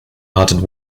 hearted